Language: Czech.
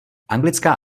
anglická